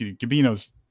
Gabino's